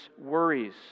worries